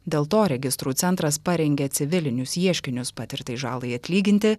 dėl to registrų centras parengė civilinius ieškinius patirtai žalai atlyginti